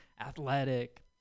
athletic